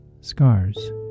scars